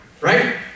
right